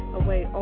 away